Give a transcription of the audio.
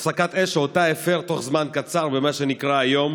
הפסקת אש שאותה הפר בתוך זמן קצר במה שנקרא היום